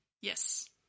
Yes